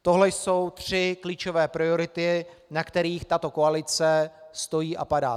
Tohle jsou tři klíčové priority, na kterých tato koalice stojí a padá.